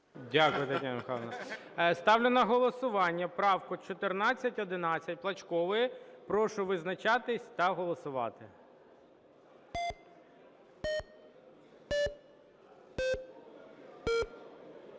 Дякую, Тетяно Михайлівно. Ставлю на голосування правку 1411 Плачкової. Прошу визначатись та голосувати.